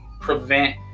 prevent